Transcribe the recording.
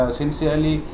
sincerely